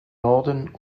norden